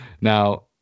Now